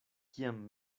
kiam